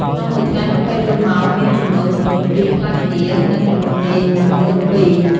ក្នុងមួយថ្ងៃ ២៤ ម៉ោង មានជំនោរចំនួនពីរផ្លាស់គ្នា និងលំនាចចំនួនពីរ ។